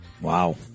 Wow